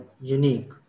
unique